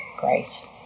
grace